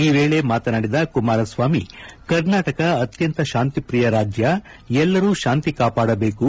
ಈ ವೇಳೆ ಮಾತನಾಡಿದ ಕುಮಾರಸ್ವಾಮಿ ಕರ್ನಾಟಕ ಅತ್ಯಂತ ಶಾಂತಿಪ್ರಿಯ ರಾಜ್ಯ ಎಲ್ಲರೂ ಶಾಂತಿ ಕಾಪಾಡಬೇಕು